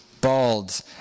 balds